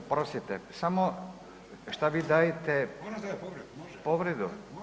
Oprostite, samo, šta vi dajete? … [[Upadica iz klupe se ne razumije]] Povredu?